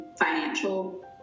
financial